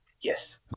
Yes